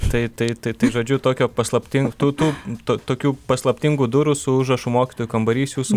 tai tai tai tai žodžiu tokio paslaptingo tų tokių paslaptingų durų su užrašu mokytojų kambarys jūsų mokykloje nėra